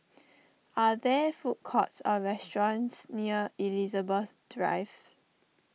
are there food courts or restaurants near Elizabeth Drive